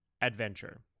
adventure